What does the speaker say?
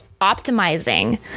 optimizing